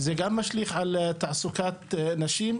זה גם משליך על תעסוקת נשים,